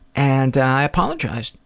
and i apologized.